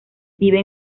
vive